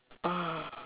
ah